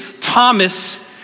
Thomas